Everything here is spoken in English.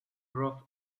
grove